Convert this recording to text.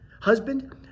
Husband